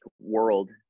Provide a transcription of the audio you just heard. world